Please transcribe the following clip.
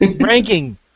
ranking